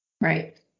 Right